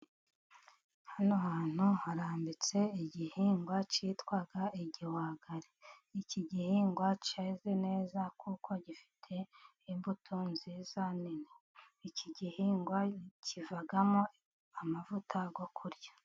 Hano hantu harambitse igihingwa cyitwa igihwagari, iki gihingwa cyeze neza, kuko gifite imbuto nziza nini, iki gihingwa kivamo amavuta yo kurya.